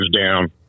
down